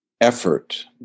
Effort